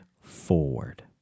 forward